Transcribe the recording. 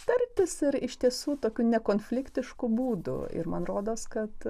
tartis ir iš tiesų tokiu nekonfliktišku būdu ir man rodos kad